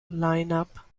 lineup